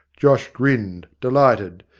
josh grinned, delighted,